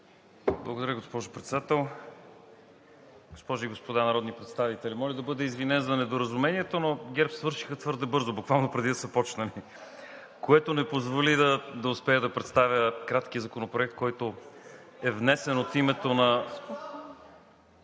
Благодаря, госпожо Председател. Госпожи и господа народни представители! Моля да бъда извинен за недоразумението, но ГЕРБ свършиха твърде бързо, буквално преди да са започнали, което не позволи да успея да представя краткия законопроект, който е внесен от името на...